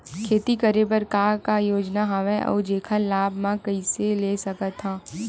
खेती करे बर का का योजना हवय अउ जेखर लाभ मैं कइसे ले सकत हव?